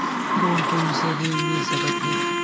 कोन कोन से ऋण मिल सकत हे?